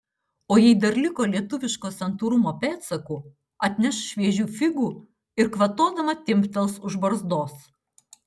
o jei dar liko lietuviško santūrumo pėdsakų atneš šviežių figų ir kvatodama timptels už barzdos